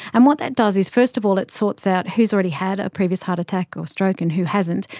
and what that does is first of all it sorts out who's already had a previous heart attack or stroke and who hasn't.